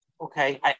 Okay